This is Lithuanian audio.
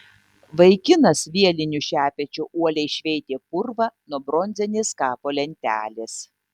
vaikinas vieliniu šepečiu uoliai šveitė purvą nuo bronzinės kapo lentelės